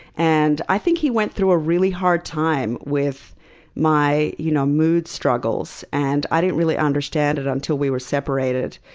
and i think he went through a really hard time with my you know mood struggles. and i didn't really understand it until we were separated,